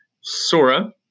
Sora